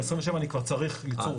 מ-2027 אני כבר צריך ליצור.